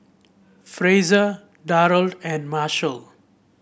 Frazier Darold and Marshall